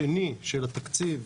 הגידול השני של התקציב,